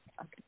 Okay